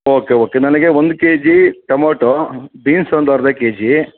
okay okay ನನಗೆ ಒಂದು KG tomato beans ಒಂದು ಅರ್ಧ ಕೆಜೀ